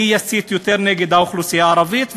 מי יסית יותר נגד האוכלוסייה הערבית,